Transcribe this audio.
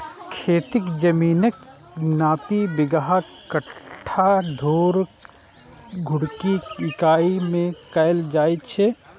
खेतीक जमीनक नापी बिगहा, कट्ठा, धूर, धुड़की के इकाइ मे कैल जाए छै